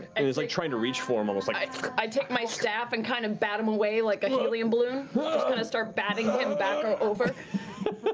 and is like trying to reach for him. um marisha like i take my staff and kind of bat him away like a helium balloon. just start batting him back ah over